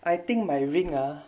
I think my ring ah